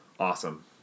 Awesome